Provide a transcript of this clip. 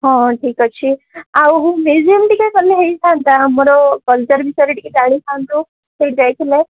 ହଁ ଠିକ୍ ଅଛି ଆଉ ମ୍ୟୁଜିୟମ୍ ଟିକେ ଗଲେ ହୋଇଥାନ୍ତା ଆମର କଲଚର୍ ବିଷୟରେ ଟିକେ ଜାଣିଥାନ୍ତୁ ସେଇଠି ଯାଇଥିଲେ